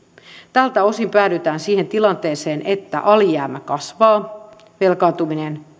tältä osin päädytään siihen tilanteeseen että alijäämä kasvaa velkaantuminen